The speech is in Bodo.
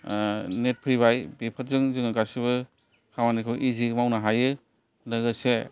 नेट फैबाय बेफोरजों जोङो गासिबो खामानिखौ इजियै मावनो हायो लोगोसे